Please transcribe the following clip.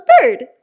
third